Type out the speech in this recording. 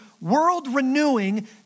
world-renewing